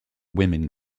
women